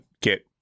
get